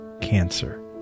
cancer